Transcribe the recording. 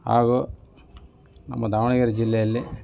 ಹಾಗೂ ನಮ್ಮ ದಾವಣಗೆರೆ ಜಿಲ್ಲೆಯಲ್ಲಿ